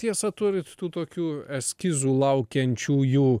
tiesa turit tų tokių eskizų laukiančiųjų